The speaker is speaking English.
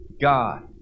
God